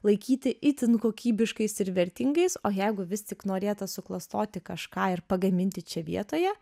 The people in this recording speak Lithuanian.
laikyti itin kokybiškais ir vertingais o jeigu vis tik norėta suklastoti kažką ir pagaminti čia vietoje